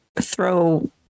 throw